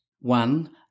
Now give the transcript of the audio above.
One